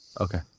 okay